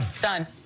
Done